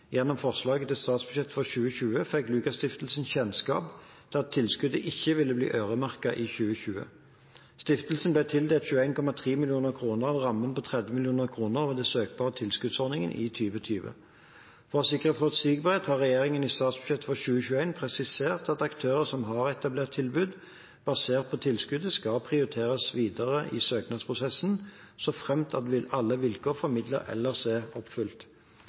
gjennom forslaget til statsbudsjett for 2020, fikk Lukas Stiftelsen kjennskap til at tilskuddet ikke ville bli øremerket i 2020. Stiftelsen ble tildelt 21,3 mill. kr av rammen på 30 mill. kr over den søkbare tilskuddsordningen i 2020. For å sikre forutsigbarhet har regjeringen i statsbudsjettet for 2021 presisert at aktører som har etablert tilbud basert på tilskuddet, skal prioriteres videre i søknadsprosessen, så fremt alle vilkår for midlene ellers er oppfylt.